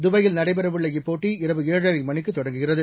துபாயில் நடைபெறவுள்ள இப்போட்டி இரவு ஏழரை மணிக்கு தொடங்குகிறது